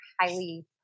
highly